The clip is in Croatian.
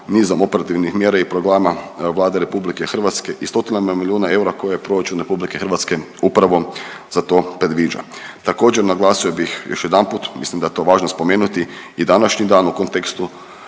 nizom operativnih mjera i programa Vlade RH i stotinama milijuna eura koji je proračun RH upravo za to predviđa. Također, naglasio bih još jedanput, mislim da je to važno spomenuti, i današnji dan u kontekstu